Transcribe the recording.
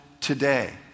today